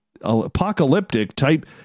apocalyptic-type